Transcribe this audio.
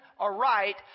aright